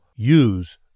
use